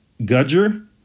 Gudger